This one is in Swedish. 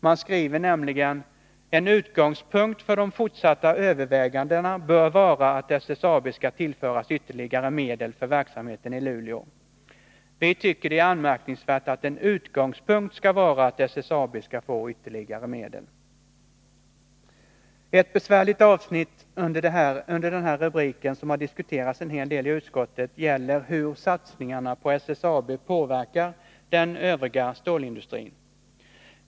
Man skriver nämligen att enligt regeringens uppfattning ”bör en utgångspunkt för de fortsatta övervägandena vara att SSAB skall tillföras ytterligare medel för verksamheten i Luleå”. Vi tycker det är anmärkningsvärt att en utgångspunkt skall vara att SSAB skall få ytterligare medel. Ett besvärligt avsnitt under den här rubriken som har diskuterats en hel del i utskottet gäller hur satsningarna på SSAB påverkar den övriga stålindustrin.